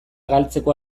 galtzeko